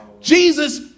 Jesus